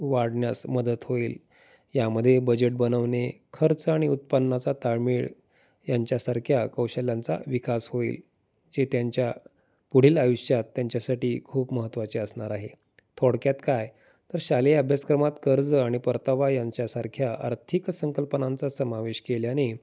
वाढण्यास मदत होईल यामध्ये बजेट बनवणे खर्च आणि उत्पन्नाचा ताळमेळ यांच्यासारख्या कौशल्यांचा विकास होईल जे त्यांच्या पुढील आयुष्यात त्यांच्यासाठी खूप महत्त्वाचे असणार आहे थोडक्यात काय तर शालेय अभ्यासक्रमात कर्ज आणि परतावा यांच्यासारख्या आर्थिक संकल्पनांचा समावेश केल्याने